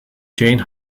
jane